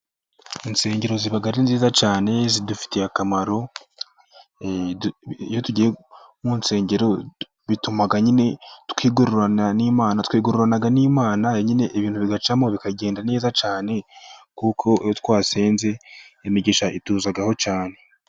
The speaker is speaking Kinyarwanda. Insengero ziba ari nziza cyane zidufitiye akamaro, iyo tugiye mu nsengero bituma nyine twigororana n'Imana, twigororana n'Imana ibintu bigacamo bikagenda neza cyane, kuko iyo twasenze imigisha ituzaho cyane.